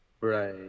Right